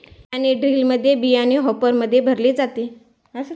बियाणे ड्रिलमध्ये बियाणे हॉपरमध्ये भरले जाते